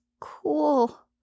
cool